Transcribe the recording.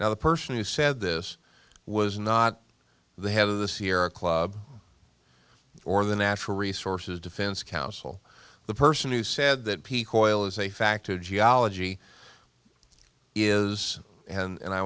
now the person who said this was not the head of the sierra club or the natural resources defense council the person who said that peak oil is a fact of geology is and